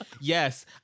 Yes